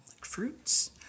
fruits